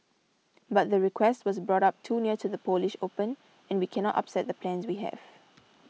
but the request was brought up too near to the Polish Open and we cannot upset the plans we have